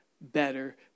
better